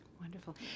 Wonderful